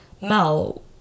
Mel